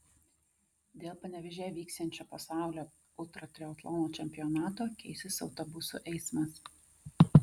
dėl panevėžyje vyksiančio pasaulio ultratriatlono čempionato keisis autobusų eismas